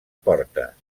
portes